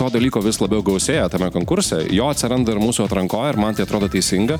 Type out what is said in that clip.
to dalyko vis labiau gausėja tame konkurse jo atsiranda ir mūsų atrankoj ir man tai atrodo teisinga